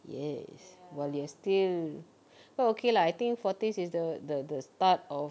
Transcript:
yes while we are still but okay lah I think forties is the the the start of